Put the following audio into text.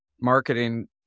marketing